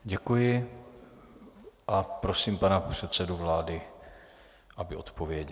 Děkuji a prosím pana předsedu vlády, aby odpověděl.